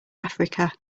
africa